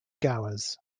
gowers